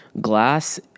Glass